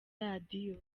radiyo